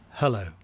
Hello